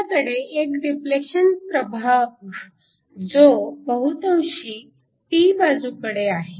आपल्याकडे एक डिप्लेशन प्रभाग जो बहुतांशी p बाजूकडे आहे